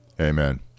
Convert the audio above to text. Amen